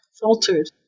faltered